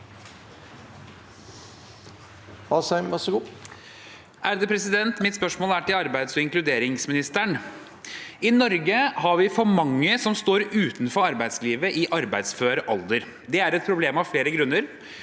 (H) Mitt spørsmål er til arbeids- og inkluderingsministeren. I Norge har vi for mange som står utenfor arbeidslivet i arbeidsfør alder. Det er et problem av flere grunner.